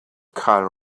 carl